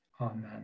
amen